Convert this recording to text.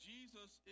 Jesus